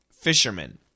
fisherman